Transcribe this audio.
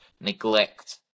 neglect